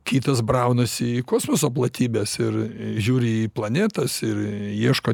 kitas braunasi į kosmoso platybes ir žiūri į planetas ir ieško